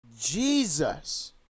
Jesus